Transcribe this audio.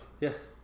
yes